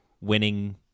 winning